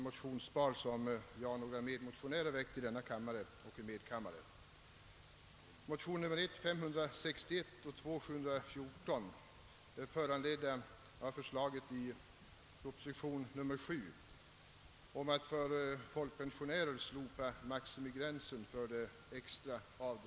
maximigränsen för det extra avdraget för nedsatt skatteförmåga.